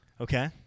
Okay